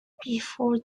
before